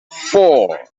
four